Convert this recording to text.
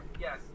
yes